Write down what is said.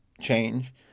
change